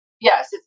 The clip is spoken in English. Yes